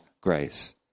grace